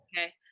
Okay